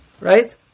right